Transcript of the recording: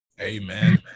amen